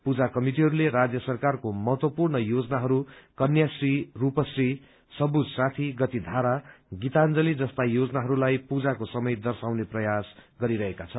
पूजा कमिटिहरूले राज्य सरकारको महत्वपूर्ण योजनाहरू कन्याश्री रूपश्री सवुज साथी गतिधारा गितान्जली जस्ता योजनाहरूलाई पूजाको समय दर्शाउने प्रयास गरिरहेका छन्